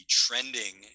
trending